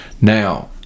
now